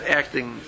acting